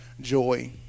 joy